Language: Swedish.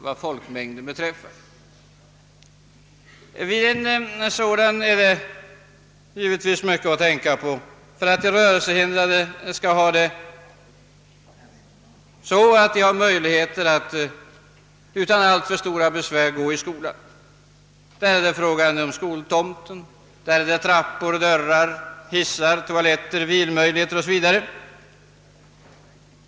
Det är en mängd saker som måste ordnas för att åtskilliga av de rörelsehindrade skall ha möjligheter att utan alltför stort besvär gå i en vanlig skola. Det gäller skoltomten, det gäller trappor, dörrar, hissar och toaletter, det gäller vilmöjligheter o.s.v.